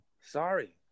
sorry